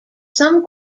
some